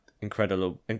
incredible